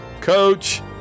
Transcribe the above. coach